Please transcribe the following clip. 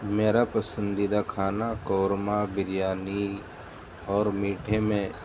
میرا پسندیدہ کھانا قورمہ بریانی اور میٹھے میں